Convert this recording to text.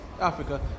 Africa